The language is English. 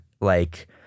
like-